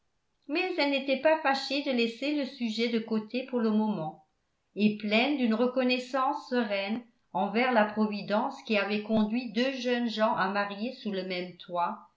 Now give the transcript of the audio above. mais elle n'était pas fâchée de laisser le sujet de côté pour le moment et pleine d'une reconnaissance sereine envers la providence qui avait conduit deux jeunes gens à marier sous le même toit